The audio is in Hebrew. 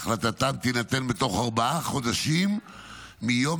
החלטתן תינתן בתוך ארבעה חודשים מיום